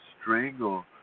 strangle